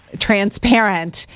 transparent